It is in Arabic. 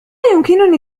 يمكنني